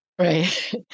Right